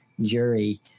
Jury